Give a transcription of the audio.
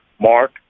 Mark